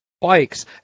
bikes